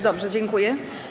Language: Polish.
Dobrze, dziękuję.